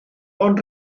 ond